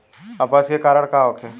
अपच के कारण का होखे?